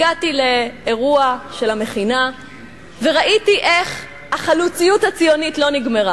הגעתי לאירוע של המכינה וראיתי איך החלוציות הציונית לא נגמרה.